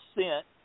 sent